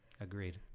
Agreed